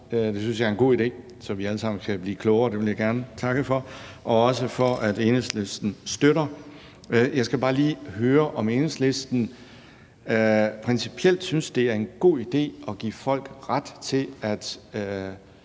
Det synes jeg er en god idé, så vi alle sammen kan blive klogere, og det vil jeg gerne takke for – og også takke for, at Enhedslisten støtter forslaget. Jeg skal bare lige høre, om Enhedslisten principielt synes, det er en god idé at give folk ret til at